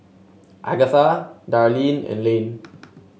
Agatha Darleen and Lane